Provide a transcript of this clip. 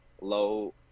low